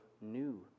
new